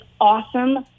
awesome